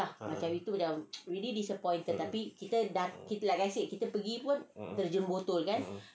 ah ah um um